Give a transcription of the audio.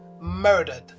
murdered